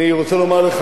אני רק אמרתי,